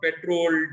petrol